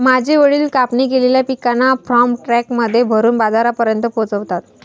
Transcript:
माझे वडील कापणी केलेल्या पिकांना फार्म ट्रक मध्ये भरून बाजारापर्यंत पोहोचवता